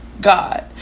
God